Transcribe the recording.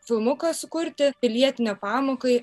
filmuką sukurti pilietinio pamokai